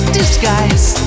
disguise